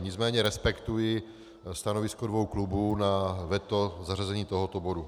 Nicméně respektuji stanovisko dvou klubů na veto zařazení tohoto bodu.